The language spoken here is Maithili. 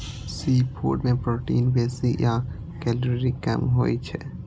सीफूड मे प्रोटीन बेसी आ कैलोरी कम होइ छै